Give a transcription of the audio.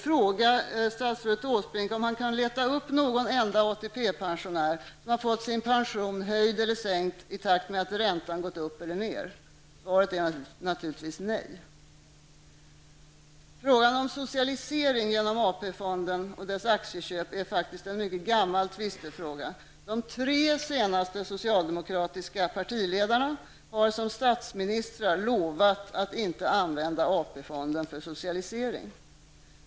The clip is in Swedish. Kan statsrådet Åsbrink leta upp någon enda ATP-pensionär som har fått sin pension höjd eller sänkt i takt med att räntan har gått upp eller ned? Svaret är naturligtvis nej. Frågan om socialisering genom AP-fonden och dess aktieköp är faktiskt en mycket gammal tvistefråga. De tre senaste socialdemokratiska partiledarna har som statsministrar lovat att inte använda AP fonden för socialisering.